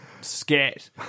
scat